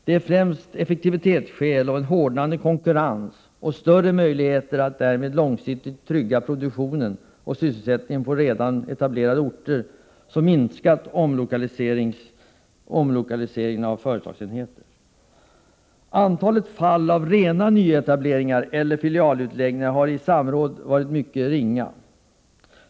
Det är främst effektivitetsskäl i en hårdnande konkurrens och större möjligheter att därmed långsiktigt trygga produktion och sysselsättning på redan etablerade orter som lett till att omlokaliseringen av företagsenheter minskat. Antalet fall av rena nyetableringar eller filialutläggningar i samrådsgruppen har varit mycket ringa.